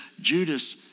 Judas